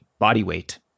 bodyweight